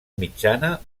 mitjana